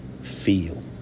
feel